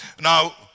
Now